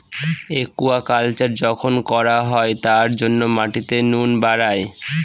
aquaculture যখন করা হয় তার জন্য মাটিতে নুন বাড়ায়